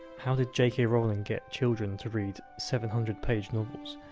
how did jk rowling get children to read seven hundred page?